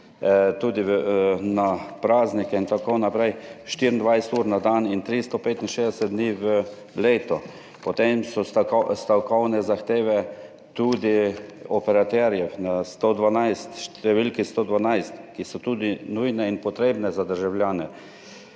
tudi na praznike in tako naprej 24 ur na dan in 365 dni v letu. Potem so stavkovne zahteve operaterjev na številki 112, ki so tudi nujne in potrebne za državljane.